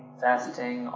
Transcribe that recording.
fasting